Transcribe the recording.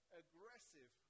aggressive